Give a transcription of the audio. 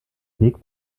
weg